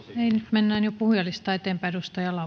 mennään jo puhujalistaa eteenpäin